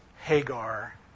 Hagar